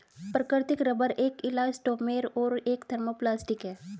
प्राकृतिक रबर एक इलास्टोमेर और एक थर्मोप्लास्टिक है